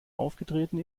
aufgetreten